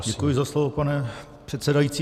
Děkuji za slovo, pane předsedající.